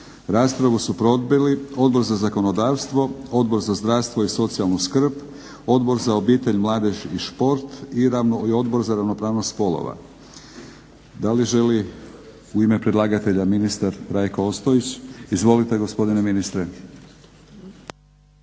Raspravu su proveli Odbor za zakonodavstvo, Odbor za zdravstvo i socijalnu skrb, Odbor za obitelj, mladež i šport i Odbor za ravnopravnost spolova. Da li želi u ime predlagatelja ministar Rajko Ostojić? Izvolite gospodine ministre.